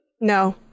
no